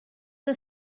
the